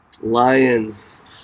Lions